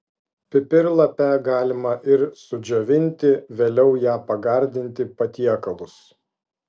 pipirlapę galima ir sudžiovinti vėliau ja pagardinti patiekalus